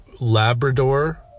Labrador